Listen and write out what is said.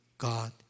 God